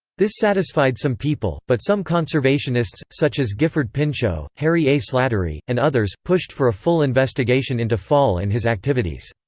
this satisfied some people, but some conservationists, such as gifford pinchot, harry a. slattery, and others, pushed for a full investigation into fall and his activities.